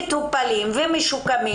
מטופלים ומשוקמים.